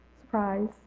surprise